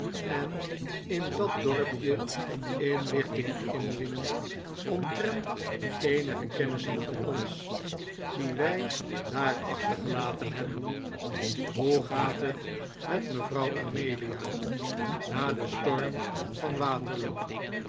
en in dat dorpje inlichtingen p p inwinnen omtrent eenige kennissen van ons die wij daar achtergelaten p p hebben hoe gaat het met mevrouw amelia na den storm van waterloo